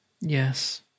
Yes